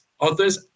others